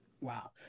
Wow